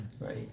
right